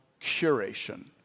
curation